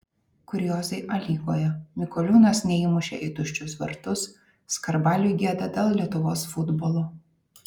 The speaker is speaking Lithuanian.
kuriozai a lygoje mikoliūnas neįmušė į tuščius vartus skarbaliui gėda dėl lietuvos futbolo